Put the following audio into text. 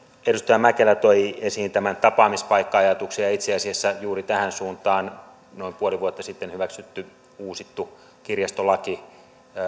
edustaja mäkelä toi esiin tämän tapaamispaikka ajatuksen ja itse asiassa juuri tähän suuntaan noin puoli vuotta sitten hyväksytty uusittu kirjastolaki